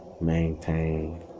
Maintain